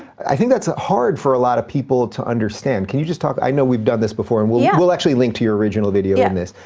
i think that's ah hard for a lot of people to understand. can you just talk, i know we've done this before, and we'll yeah we'll actually link to your original video yeah in this.